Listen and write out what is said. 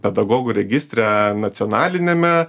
pedagogų registre nacionaliniame